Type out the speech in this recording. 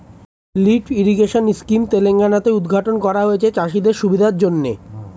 lift irrigation scheme Telangana তে উদ্ঘাটন করা হয়েছে চাষিদের সুবিধার জন্যে